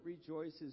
rejoices